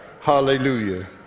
hallelujah